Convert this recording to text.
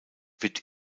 wird